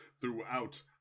throughout